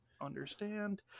understand